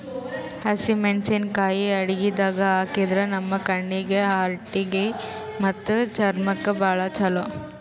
ಹಸಿಮೆಣಸಿಕಾಯಿ ಅಡಗಿದಾಗ್ ಹಾಕಿದ್ರ ನಮ್ ಕಣ್ಣೀಗಿ, ಹಾರ್ಟಿಗಿ ಮತ್ತ್ ಚರ್ಮಕ್ಕ್ ಭಾಳ್ ಛಲೋ